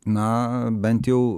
na bent jau